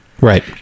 Right